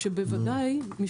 משום --- אבל יש גם מודל באמצע.